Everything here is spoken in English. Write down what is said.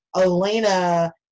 Elena